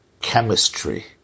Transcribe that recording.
chemistry